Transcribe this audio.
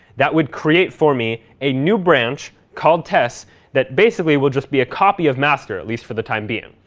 that would create for me a new branch called tests that basically will just be a copy of master, at least for the time being,